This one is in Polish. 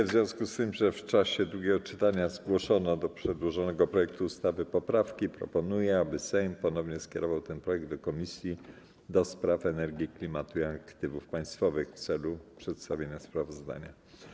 W związku z tym, że w czasie drugiego czytania zgłoszono do przedłożonego projektu ustawy poprawki, proponuję, aby Sejm ponownie skierował ten projekt do Komisji do Spraw Energii, Klimatu i Aktywów Państwowych w celu przedstawienia sprawozdania.